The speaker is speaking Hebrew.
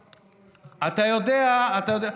אתה יודע,